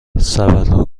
سبدها